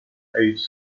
eighth